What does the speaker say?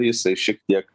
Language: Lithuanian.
jisai šiek tiek